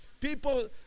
People